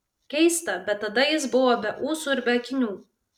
keista bet tada jis buvo be ūsų ir be akinių